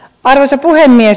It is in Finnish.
arvoisa puhemies